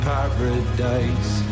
Paradise